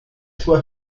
sua